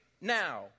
now